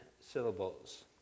syllables